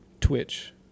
twitch